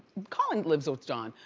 collin lives with jon.